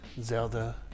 Zelda